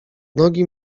nogi